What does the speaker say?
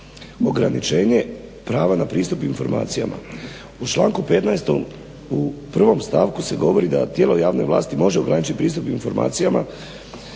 U članku 15. u prvom stavku se govori da tijelo javne vlasti može ograničiti pristup informacijama